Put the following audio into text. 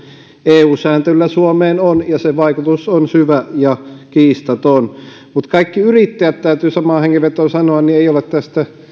eu sääntelyllä suomeen on ja se vaikutus on syvä ja kiistaton mutta kaikki yrittäjät täytyy samaan hengenvetoon sanoa eivät ole tästä